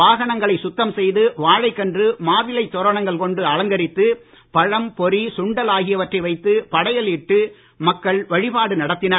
வாகனங்களை சுத்தம் செய்து வாழைக்கன்று மாவிலைத் தோரணங்கள் கொண்டு அலங்கரித்து பழம் பொரி சுண்டல் ஆகியவற்றை வைத்து படையல் இட்டு மக்கள் வழிபாடு நடத்தினர்